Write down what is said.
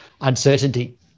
uncertainty